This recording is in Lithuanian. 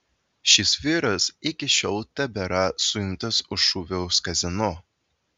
šis vyras iki šiol tebėra suimtas už šūvius kazino